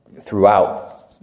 throughout